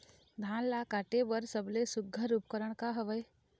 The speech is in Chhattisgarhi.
धान ला काटे बर सबले सुघ्घर उपकरण का हवए?